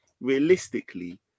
realistically